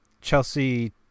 Chelsea